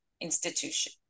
institution